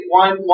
one